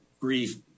brief